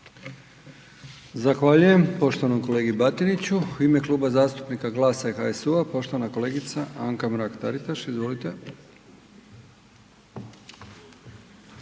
Zahvaljujem poštovanom kolegi Batiniću. U ime Kluba zastupnika GLAS-a i HSU-a poštovana kolegice Anka Mrak Taritaš. Izvolite.